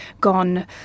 gone